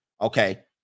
Okay